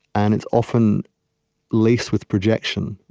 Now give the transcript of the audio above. and it's often laced with projection.